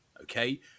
Okay